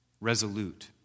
resolute